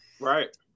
right